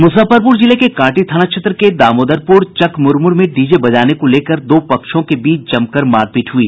मुजफ्फरपुर जिले के कांटी थाना क्षेत्र के दामोदरपुर चकमुरमुर में डीजे बजाने को लेकर दो पक्षों के बीच जमकर मारपीट हुई